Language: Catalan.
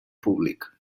públic